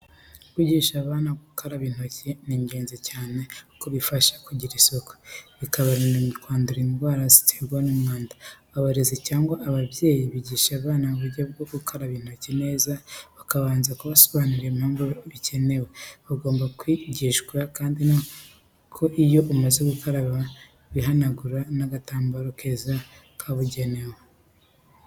Kwigisha abana gukaraba intoki ni ingenzi cyane kuko bibafasha kugira isuku, bikabarinda kwandura indwara ziterwa n'umwanda. Abarezi cyangwa ababyeyi bigisha abana uburyo bwo gukaraba intoki neza, bakabanza kubasobanurira impamvu bikenewe. Bagomba kwigishwa kandi ko iyo bamaze gukaraba bihanagura n'agatambaro keza kabugenewe.